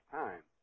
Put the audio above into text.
time